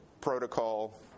protocol